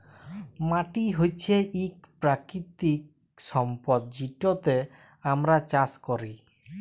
মাটি হছে ইক পাকিতিক সম্পদ যেটতে আমরা চাষ ক্যরি